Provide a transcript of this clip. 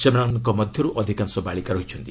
ସେମାନଙ୍କ ମଧ୍ୟରୁ ଅଧିକାଂଶ ବାଳିକା ରହିଛନ୍ତି